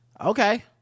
okay